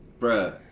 bruh